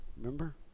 remember